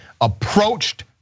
approached